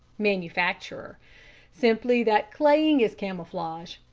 manufacturer simply that claying is camouflage.